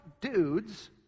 dudes